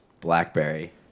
Blackberry